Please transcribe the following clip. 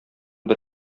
бер